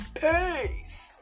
Peace